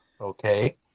Okay